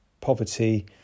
poverty